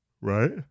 Right